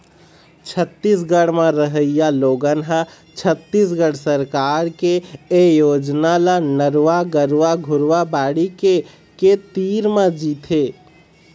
छत्तीसगढ़ म रहइया लोगन ह छत्तीसगढ़ सरकार के ए योजना ल नरूवा, गरूवा, घुरूवा, बाड़ी के के तीर म जीथे